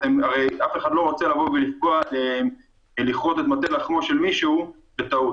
הרי אף אחד לא רוצה לבוא ולכרות את מטה לחמו של מישהו בטעות.